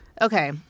Okay